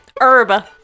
herb